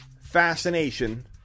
fascination